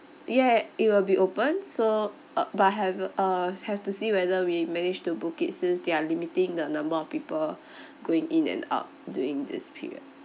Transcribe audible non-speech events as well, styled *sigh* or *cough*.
yeah it will be open so uh but have uh have to see whether we manage to book it since they're limiting the number of people *breath* going in and out during this period